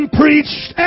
preached